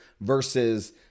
versus